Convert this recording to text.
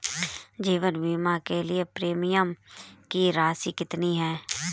जीवन बीमा के लिए प्रीमियम की राशि कितनी है?